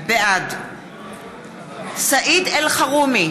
בעד סעיד אלחרומי,